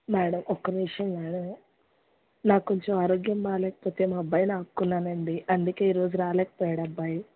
madam ఒక నిమిషం madam నాకు కొంచెం ఆరోగ్యం బాగ లేకపోతే మా అబ్బాయిని ఆపుకున్నాను అండి అందుకని ఈరోజు రాలేకపోయాడు అబ్బాయి